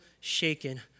shaken